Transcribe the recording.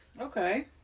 Okay